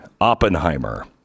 Oppenheimer